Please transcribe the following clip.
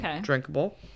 drinkable